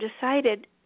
decided